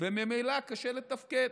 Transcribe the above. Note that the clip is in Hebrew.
וממילא קשה לתפקד,